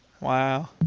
Wow